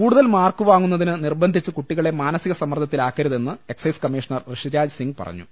കൂടുതൽ മാർക്ക് വാങ്ങുന്നതിന് നിർബന്ധിച്ച് കുട്ടികളെ മാനസിക സമ്മർദ്ദത്തിലാക്കരുതെന്ന് എക്സൈസ് കമ്മീഷണർ ഋഷിരാജ് സിംഗ് പറഞ്ഞു